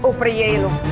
for for you.